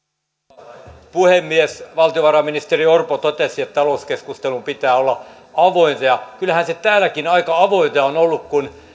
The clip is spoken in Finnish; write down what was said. arvoisa puhemies valtiovarainministeri orpo totesi että talouskeskustelun pitää olla avointa ja kyllähän se täälläkin aika avointa on ollut kun